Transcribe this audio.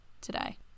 today